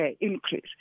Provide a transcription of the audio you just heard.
increase